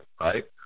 right